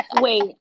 Wait